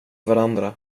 varandra